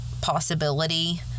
possibility